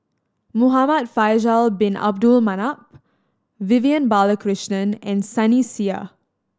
Muhamad Faisal Bin Abdul Manap Vivian Balakrishnan and Sunny Sia